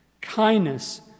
kindness